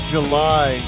July